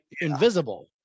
invisible